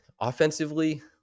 offensively